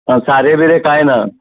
आं सारें बिरें काय ना